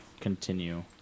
continue